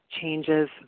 changes